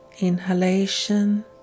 inhalation